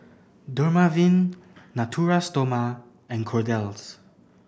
Dermaveen Natura Stoma and Kordel's